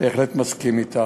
בהחלט מסכים אתך.